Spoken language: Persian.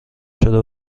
شده